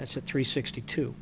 that's a three sixty two